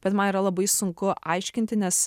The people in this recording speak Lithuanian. bet man yra labai sunku aiškinti nes